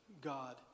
God